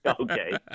Okay